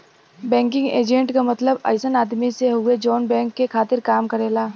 banking agent क मतलब अइसन आदमी से हउवे जौन बैंक के खातिर काम करेला